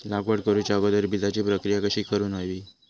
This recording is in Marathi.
लागवड करूच्या अगोदर बिजाची प्रकिया कशी करून हवी?